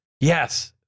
Yes